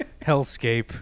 hellscape